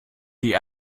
die